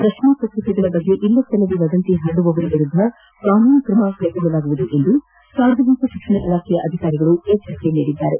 ಪ್ರಶ್ನೆ ಪತ್ರಿಕೆಗಳ ಬಗ್ಗೆ ವದಂತಿ ಹರಡುವವರ ವಿರುದ್ದ ಕಾನೂನು ಕ್ರಮ ಕೈಗೊಳ್ಳಲಾಗುವುದು ಎಂದು ಸಾರ್ವಜನಿಕ ಶಿಕ್ಷಣ ಇಲಾಖೆ ಅಧಿಕಾರಿಗಳು ಎಚ್ಚರಿಕೆ ನೀಡಿದ್ದಾರೆ